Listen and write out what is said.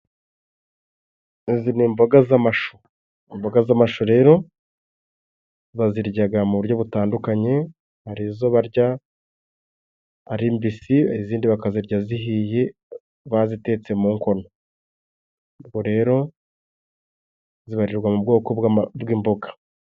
Izi ni imboga z'amashu. Imboga z'amashu rero baziryaga mu buryo butandukanye. Hari izo barya ari mbisi, izindi bakazirya zihiye bazitetse mu nkono. Ubwo rero zibarirwa mu bwoko bw'imboga.